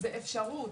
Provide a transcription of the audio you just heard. זו אפשרות.